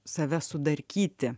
save sudarkyti